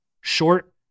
short